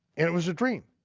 and it was a dream.